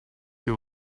your